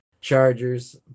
Chargers